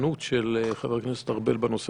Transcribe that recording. והפעלתנות של חבר הכנסת ארבל בנושא,